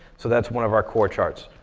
so that's one of our core charts.